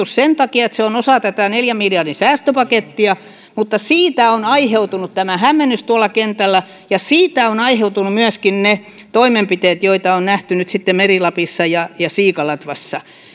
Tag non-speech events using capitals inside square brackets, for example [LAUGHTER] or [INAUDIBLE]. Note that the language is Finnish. [UNINTELLIGIBLE] sen takia että se on osa tätä neljän miljardin säästöpakettia mutta siitä on aiheutunut tämä hämmennys tuolla kentällä ja siitä ovat aiheutuneet myöskin ne toimenpiteet joita on nähty nyt sitten meri lapissa ja ja siikalatvalla